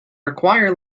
require